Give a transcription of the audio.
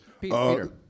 Peter